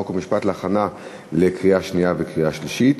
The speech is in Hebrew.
חוק ומשפט להכנה לקריאה שנייה ולקריאה שלישית.